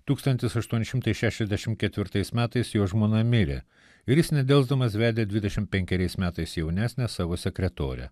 tūkstantis aštuoni šimtai šešiasdešim ketvirtais metais jo žmona mirė ir jis nedelsdamas vedė dvidešim penkeriais metais jaunesnę savo sekretorę